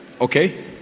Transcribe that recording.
Okay